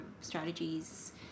strategies